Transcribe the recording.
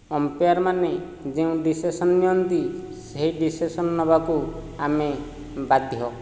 ଅମ୍ପେୟାରମାନେ ଯେଉଁ ଡିସିସନ୍ ନିଅନ୍ତି ସେହି ଡିସିସନ୍ ନେବାକୁ ଆମେ ବାଧ୍ୟ